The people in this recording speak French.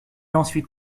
ensuite